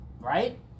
Right